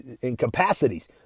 incapacities